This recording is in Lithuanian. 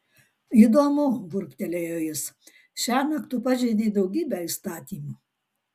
įdomu burbtelėjo jis šiąnakt tu pažeidei daugybę įstatymų